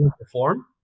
perform